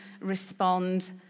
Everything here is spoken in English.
respond